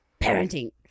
parenting